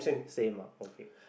same ah okay